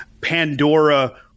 Pandora